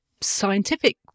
scientific